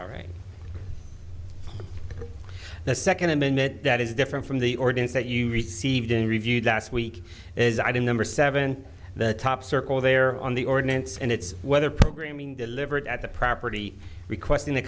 one right the second amendment that is different from the ordinance that you received in reviewed last week as i did number seven the top circle there on the ordinance and it's whether programming delivered at the property requesting